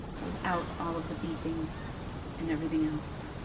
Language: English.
without all of the beeping and everything else,